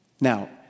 Now